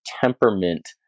temperament